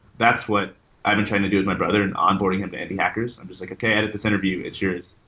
that's what i've been trying to do with my brother and onboarding him to indie hackers. i'm just like, okay. edit this interview. it's yours.